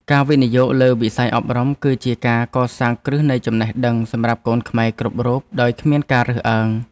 ការវិនិយោគលើវិស័យអប់រំរដ្ឋគឺជាការកសាងគ្រឹះនៃចំណេះដឹងសម្រាប់កូនខ្មែរគ្រប់រូបដោយគ្មានការរើសអើង។